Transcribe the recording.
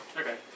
Okay